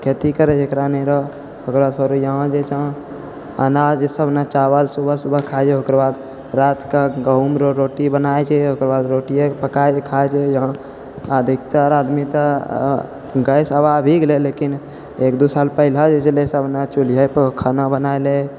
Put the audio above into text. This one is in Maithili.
खेती करैसे जकरा नहिरऽ यहाँ जे छऽ अनाजसब नहि चावल सुबह सुबह खाइहँ ओकर बाद रातिके गहूमरऽ रोटी बनाइ छै ओकर बाद रोटिएके पकाके खाइ यहाँ अधिकतर आदमीके गैस अभी आबि गेलै लेकिन एक दू साल पहिले जे छै ने सब चुल्हिएपर खाना बनाइलए